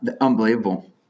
unbelievable